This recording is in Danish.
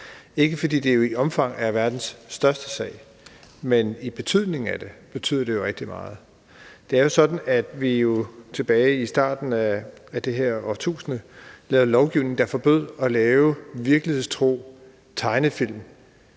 ikke fordi det i omfang er verdens største sag, men fordi det betyder rigtig meget. Det er jo sådan, at vi tilbage i starten af det her årtusinde lavede lovgivning, der forbød at lave virkelighedstro tegnefilm,